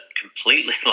completely